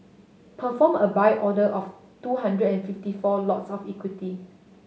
perform a Buy order of two hundred and fifty four lots of equity